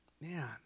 man